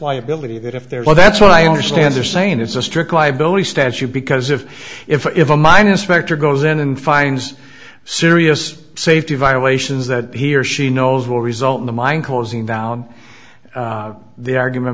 liability that if there were that's what i understand they're saying is a strict liability statute because if if if a minus specter goes in and finds serious safety violations that he or she knows will result in the mind coursing down the argument